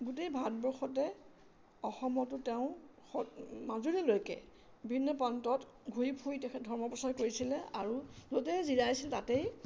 গোটেই ভাৰতবৰ্ষতে অসমতো তেওঁ মাজুলীলৈকে বিভিন্ন প্ৰান্তত ঘূৰি ফুৰি তেখেত ধৰ্ম প্ৰচাৰ কৰিছিলে আৰু লগতে যতেই জীৰাইছিল তাতেই